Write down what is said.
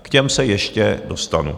K těm se ještě dostanu.